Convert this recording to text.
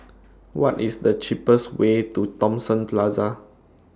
What IS The cheapest Way to Thomson Plaza